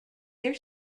their